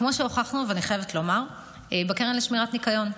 כמו שהוכחנו גם בקרן לשמירת הניקיון,